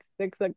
six